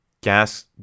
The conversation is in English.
gas